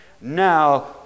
Now